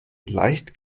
leicht